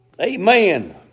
Amen